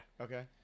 Okay